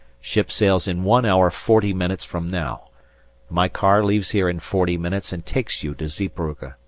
ship sails in one hour forty minutes from now my car leaves here in forty minutes and takes you to zeebrugge.